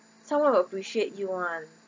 someone will appreciate you [one]